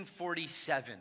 1947